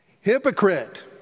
hypocrite